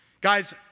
Guys